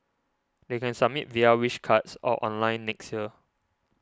they can submit via Wish Cards or online next year